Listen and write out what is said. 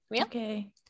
okay